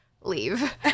leave